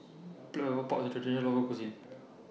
Black Pepper Pork IS A Traditional Local Cuisine